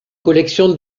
collection